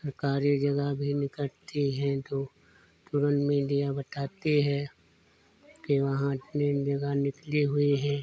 सरकारी जगह भी निकलती हैं तो तुरंत मीडिया बताती है कि वहाँ इतनी जगह निकली हुई है